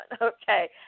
okay